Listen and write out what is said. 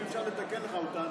אם אפשר לתקן לך אותן